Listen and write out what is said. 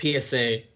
PSA